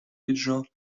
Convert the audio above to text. اجرا